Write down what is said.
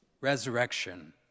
Resurrection